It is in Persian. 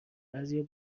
بعضیها